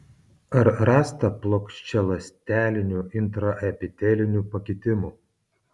ar rasta plokščialąstelinių intraepitelinių pakitimų